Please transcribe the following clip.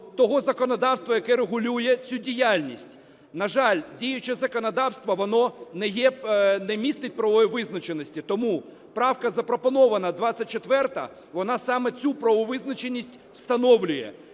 Тому правка запропонована 24, вона саме цю правову визначеність встановлює.